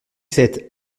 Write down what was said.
sept